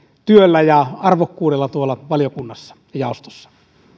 työllä ja arvokkuudella valiokunnassa ja jaostossa